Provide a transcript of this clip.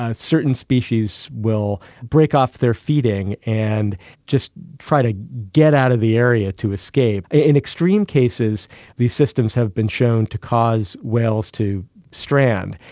ah certain species will break off their feeding and just try to get out of the area to escape. in extreme cases these systems have been shown to cause whales to strand,